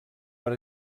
per